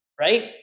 right